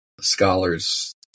Scholars